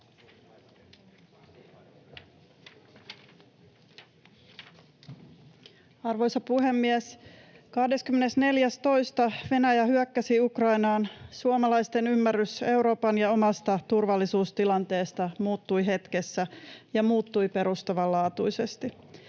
Arvoisa puhemies! 24.2. Venäjä hyökkäsi Ukrainaan. Suomalaisten ymmärrys Euroopan ja omasta turvallisuustilanteesta muuttui hetkessä ja muuttui perustavanlaatuisesti.